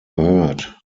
gehört